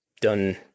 done